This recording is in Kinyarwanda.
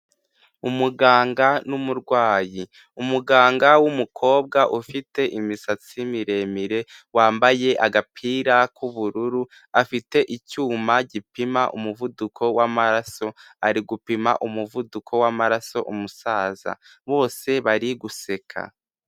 Umuganga n'umurwayi, umuganga w'umukobwa ufite imisatsi miremire, wambaye agapira k'ubururu, afite icyuma gipima umuvuduko w'amaraso, ari gupima umuvuduko w'amaraso umusaza bose bari guseka.